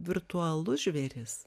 virtualus žvėris